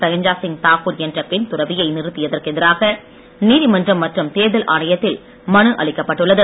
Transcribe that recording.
பிராக்ஞா சிங் தாகூர் என்ற பெண் துறவியை நிறுத்தியதற்கு எதிராக நீதிமன்றம் மற்றும் தேர்தல் ஆணையத்தில் மனு அளிக்கப் பட்டுள்ளது